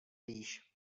víš